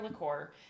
liqueur